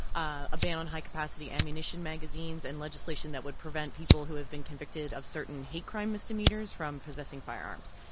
ah a ban on high-capacity ammunition magazines and legislation that would prevent people who have been convicted of certain hate crime misdemeanors from possessing firearms.